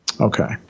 Okay